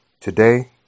Today